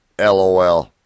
LOL